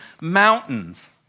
mountains